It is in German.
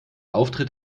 auftritt